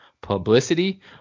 Publicity